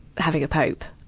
having a pope